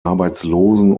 arbeitslosen